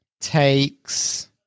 takes